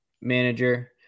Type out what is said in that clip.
manager